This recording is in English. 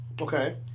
Okay